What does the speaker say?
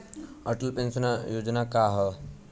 Atal pension Yojana का ह?